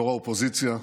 יו"ר האופוזיציה,